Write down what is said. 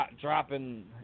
dropping